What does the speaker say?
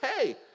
Hey